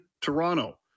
Toronto